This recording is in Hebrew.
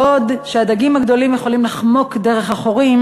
בעוד הדגים הגדולים יכולים לחמוק דרך החורים,